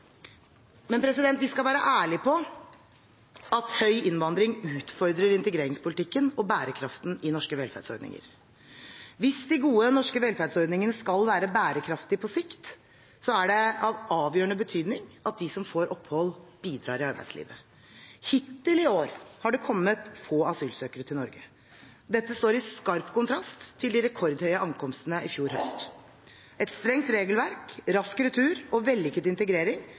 og bærekraften i norske velferdsordninger. Hvis de gode norske velferdsordningene skal være bærekraftige på sikt, er det av avgjørende betydning at de som får opphold, bidrar i arbeidslivet. Hittil i år har det kommet få asylsøkere til Norge. Dette står i skarp kontrast til de rekordhøye ankomstene i fjor høst. Et strengt regelverk, rask retur og vellykket integrering